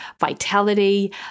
vitality